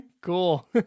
Cool